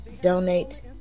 Donate